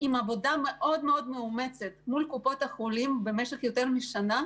תוצאה של עבודה מאוד מאומצת מול קופות החולים במשך יותר משנה,